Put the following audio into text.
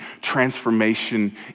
transformation